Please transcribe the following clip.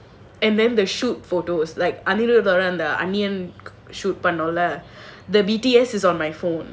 and then the shoot photos like Anniyan shoot பன்னோம்ல:pannomla the B_T_S is on my phone